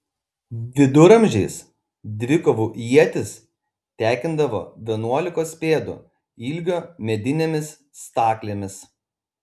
viduramžiais dvikovų ietis tekindavo vienuolikos pėdų ilgio medinėmis staklėmis